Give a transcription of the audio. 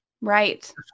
Right